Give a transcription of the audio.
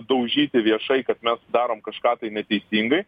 daužyti viešai kad mes darom kažką tai neteisingai